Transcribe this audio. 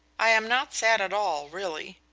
i am not sad at all, really,